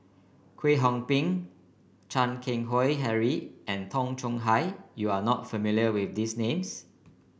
Kwek Hong Png Chan Keng Howe Harry and Tay Chong Hai you are not familiar with these names